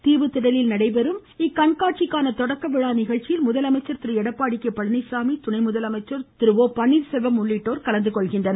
தீவுத்திடலில் நடைபெறும் இக்கண்காட்சிக்கான தொடக்கவிழா நிகழ்ச்சியில் முதலமைச்சர் திரு எடப்பாடி கே பழனிச்சாமி துணை முதலமைச்சர் திரு ஓ பன்னீர்செல்வம் உள்ளிட்டோர் கலந்துகொள்கின்றனர்